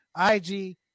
IG